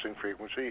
frequency